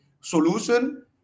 solution